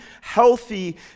healthy